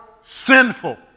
sinful